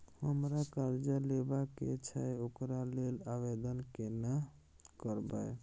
हमरा कर्जा लेबा के छै ओकरा लेल आवेदन केना करबै?